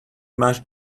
must